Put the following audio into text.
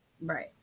right